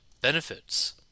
benefits